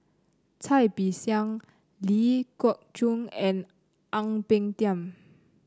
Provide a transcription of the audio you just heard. Cai Bixia Ling Geok Choon and Ang Peng Tiam